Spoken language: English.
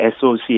SOC